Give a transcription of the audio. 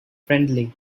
friendly